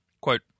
quote